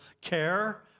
care